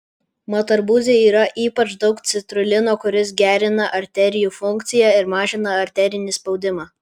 mat arbūze yra ypač daug citrulino kuris gerina arterijų funkciją ir mažina arterinį spaudimą